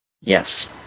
Yes